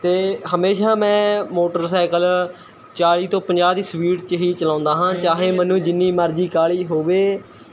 ਅਤੇ ਹਮੇਸ਼ਾ ਮੈਂ ਮੋਟਰਸਾਈਕਲ ਚਾਲ਼ੀ ਤੋਂ ਪੰਜਾਹ ਦੀ ਸਪੀਡ 'ਚ ਹੀ ਚਲਾਉਂਦਾ ਹਾਂ ਚਾਹੇ ਮੈਨੂੰ ਜਿੰਨੀ ਮਰਜ਼ੀ ਕਾਹਲੀ ਹੋਵੇ